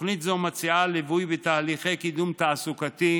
תוכנית זו מציעה ליווי בתהליכי קידום תעסוקתי,